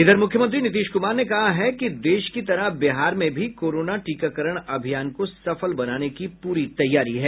इधर मुख्यमंत्री नीतीश कुमार ने कहा कि देश की तरह बिहार में भी कोरोना टीकाकरण अभियान को सफल बनाने की पूरी तैयारी है